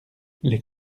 les